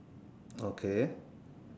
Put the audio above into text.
okay